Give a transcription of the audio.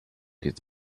dieses